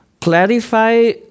clarify